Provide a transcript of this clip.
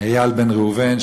בן ראובן,